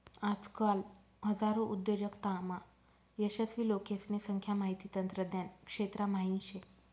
आजकाल हजारो उद्योजकतामा यशस्वी लोकेसने संख्या माहिती तंत्रज्ञान क्षेत्रा म्हाईन शे